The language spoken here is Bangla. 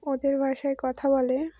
ওদের ভাষায় কথা বলে